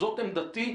זאת עמדתי.